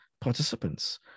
participants